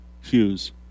Hughes